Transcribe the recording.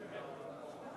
גם השר התורן לא נמצא.